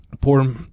poor